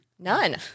None